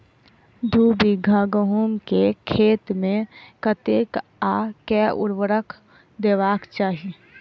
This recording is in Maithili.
दु बीघा गहूम केँ खेत मे कतेक आ केँ उर्वरक देबाक चाहि?